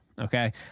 Okay